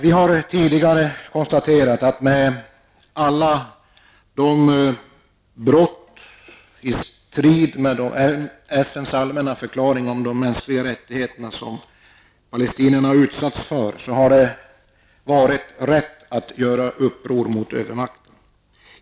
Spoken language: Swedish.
Vi har tidigare konstaterat att det, med tanke på alla de brott i strid med FNs allmänna förklaring om de mänskliga rättigheterna som palestinierna har utsatts för, har varit rätt att göra uppror mot övermakten.